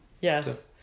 yes